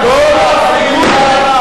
לא לשאול.